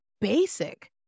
basic